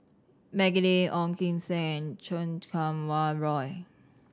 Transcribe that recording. Maggie Lim Ong Kim Seng and Chan Kum Wah Roy